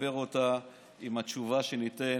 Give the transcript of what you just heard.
אחבר אותה עם התשובה שאתן